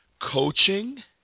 coaching